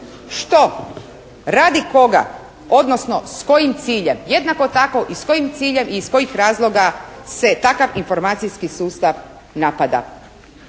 Što? Radi koga, odnosno s kojim ciljem? Jednako tako i s kojim ciljem i iz kojih razloga se takav informacijski sustav napada?